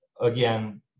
again